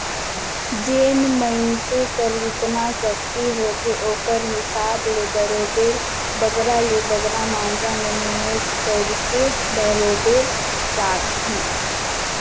जेन मइनसे कर जेतना सक्ति होथे ओकर हिसाब ले बरोबेर बगरा ले बगरा मातरा में निवेस कइरके बरोबेर राखथे